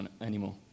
anymore